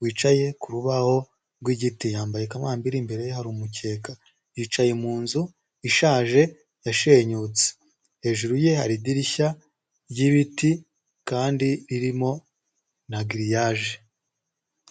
wicaye ku rubaho rw'igiti, yambaye ikabumba iri imbere ye harimukeka yicaye mu nzu ishaje yashenyutse hejuru ye hari idirishya ryibiti kandi ririmo na giriyaje.